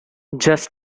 just